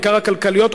בעיקר הכלכליות,